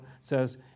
says